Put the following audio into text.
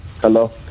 Hello